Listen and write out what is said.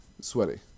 sweaty